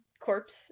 corpse